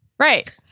Right